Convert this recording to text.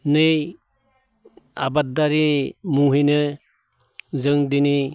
नै आबादारि मुंयैनो जों दिनै